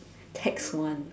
tax one